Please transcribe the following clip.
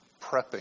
prepping